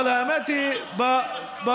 אבל האמת היא במישור,